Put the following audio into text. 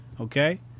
okay